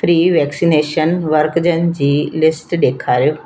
free मुफ़्त vaccination मर्कज़नि जी लिस्ट ॾेखारियो